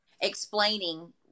explaining